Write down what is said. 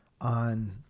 on